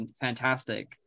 fantastic